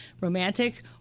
romantic